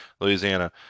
Louisiana